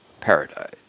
paradise